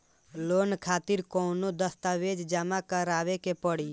Loan खातिर कौनो दस्तावेज जमा करावे के पड़ी?